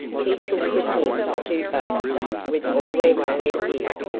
he took with him two boats with all their whaling gear,